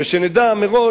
שנדע מראש